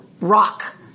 rock